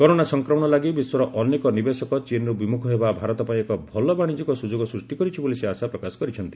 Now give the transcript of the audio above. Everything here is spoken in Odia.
କରୋନା ସଂକ୍ରମଣ ଲାଗି ବିଶ୍ୱର ଅନେକ ନିବେଶକ ଚୀନରୁ ବିମୁଖ ହେବା ଭାରତ ପାଇଁ ଏକ ଭଲ ବାଶିଜ୍ୟିକ ସୁଯୋଗ ସୃଷ୍ଟି କରିଛି ବୋଲି ସେ ଆଶା ପ୍ରକାଶ କରିଛନ୍ତି